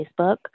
Facebook